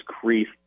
crease